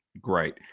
great